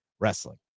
wrestling